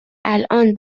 الان